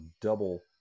double